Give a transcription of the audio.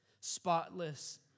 spotless